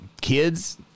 kids